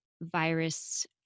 virus